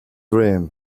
dream